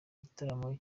igitaramo